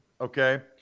okay